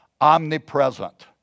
omnipresent